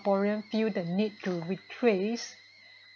porean~ feel the need to retrace